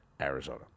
Arizona